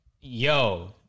Yo